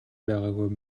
байгаагүй